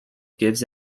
gives